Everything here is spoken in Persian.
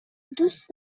دوست